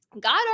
God